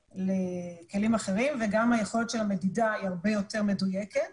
לכלים אחרים וגם היכולת של המדידה היא הרבה יותר מדויקת,